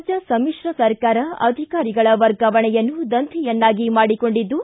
ರಾಜ್ಯ ಸಮಿತ್ರ ಸರ್ಕಾರ ಅಧಿಕಾರಿಗಳ ವರ್ಗಾವಣೆಯನ್ನು ದಂದೆಯನ್ನಾಗಿ ಮಾಡಿಕೊಂಡಿದ್ದು